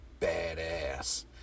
badass